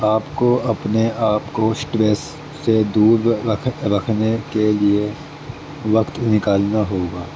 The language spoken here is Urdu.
آپ کو اپنے آپ کو اسٹریس سے دور رکھ رکھنے کے لیے وقت نکالنا ہوگا